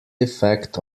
effect